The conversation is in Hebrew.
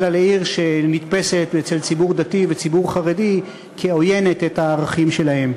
אלא לעיר שנתפסת אצל ציבור דתי וציבור חרדי כעוינת את הערכים שלהם.